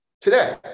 today